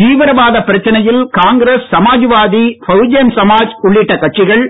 தீவிரவாதப் பிரச்சனையில் காங்கிரஸ் சமாஜ்வாதி பகுஜன்சமாஜ் உள்ளிட்ட கட்சிகள்